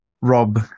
rob